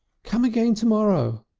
come again to-morrow!